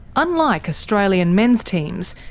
unlike australian men's teams,